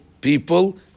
people